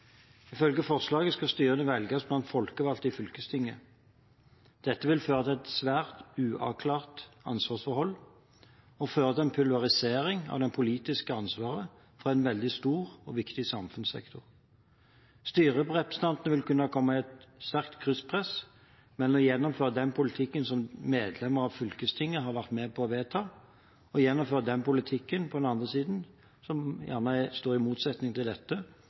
Ifølge forslaget skal styrene velges blant folkevalgte i fylkestinget. Dette vil føre til svært uklare ansvarsforhold og føre til pulverisering av det politiske ansvaret for en veldig stor og viktig samfunnssektor. Styrerepresentantene vil kunne komme i et sterkt krysspress mellom på den ene siden å gjennomføre den politikken som de som medlemmer av fylkestinget har vært med på å vedta, og på den andre siden å gjennomføre den politikken som gjerne står i motsetning til dette,